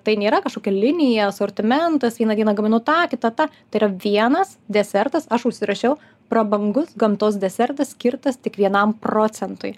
tai nėra kažkokia linija asortimentas vieną dieną gaminu tą kitą tą tai yra vienas desertas aš užsirašiau prabangus gamtos desertas skirtas tik vienam procentui